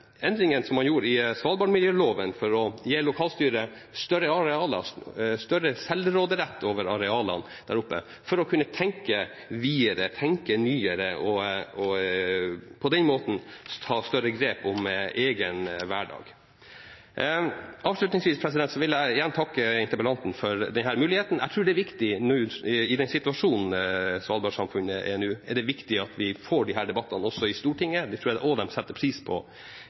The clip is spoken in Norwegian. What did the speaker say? endringene man gjorde i svalbardmiljøloven for å gi lokalstyret større selvråderett over arealene der oppe for å kunne tenke videre og tenke nyere for på den måten ta større grep om egen hverdag. Avslutningsvis vil jeg igjen takke interpellanten for denne muligheten. Jeg tror at i den situasjonen svalbardsamfunnet er nå, er det viktig at vi får disse debattene også i Stortinget. Det tror jeg også de setter pris på